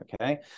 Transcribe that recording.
okay